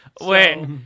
wait